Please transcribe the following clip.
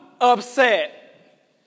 upset